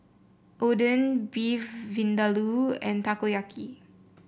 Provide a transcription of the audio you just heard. Oden Beef Vindaloo and Takoyaki